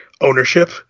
ownership